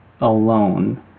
alone